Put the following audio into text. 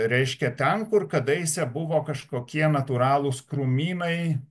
reiškia ten kur kadaise buvo kažkokie natūralūs krūmynai